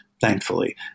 Thankfully